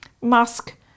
musk